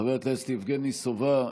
חבר הכנסת יבגני סובה,